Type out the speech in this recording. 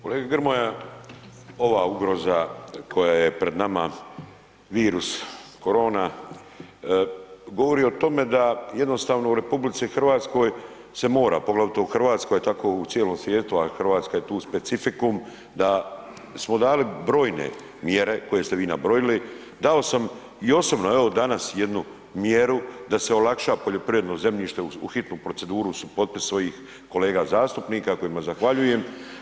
Kolega Grmoja, ova ugroza koja je pred nama virus korona govori o tome da jednostavno u RH se mora, poglavito u Hrvatskoj, a tako u cijelom svijetu, ali Hrvatska je tu specifikum, da smo dali brojne mjere koje ste vi nabrojili, dao sam i osobno danas jednu mjeru da se olakša poljoprivredno zemljište u hitnu proceduru uz potpis ovih kolega zastupnika kojima zahvaljujem.